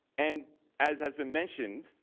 and as has been mentioned,